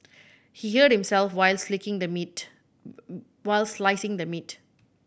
he hurt himself while slicing the meat